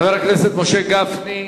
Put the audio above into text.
חבר הכנסת משה גפני,